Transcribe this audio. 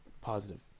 positive